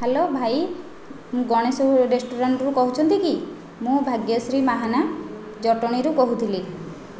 hello ଭାଇ ଗଣେଶ ରେଷ୍ଟୁରାଣ୍ଟରୁ କହୁଛନ୍ତି କି ମୁଁ ଭାଗ୍ୟଶ୍ରୀ ମାହାନା ଜଟଣୀରୁ କହୁଥିଲି